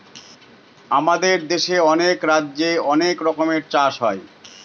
আমাদের দেশে অনেক রাজ্যে অনেক রকমের চাষ হয়